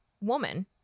woman